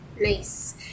Nice